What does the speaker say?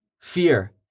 Fear